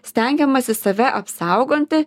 stengiamasi save apsaugonti